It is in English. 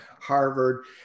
Harvard